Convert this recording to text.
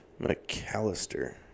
mcallister